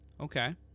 Okay